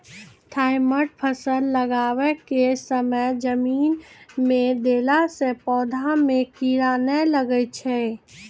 Thimet फ़सल लगाबै के समय जमीन मे देला से पौधा मे कीड़ा नैय लागै छै?